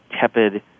tepid